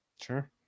Sure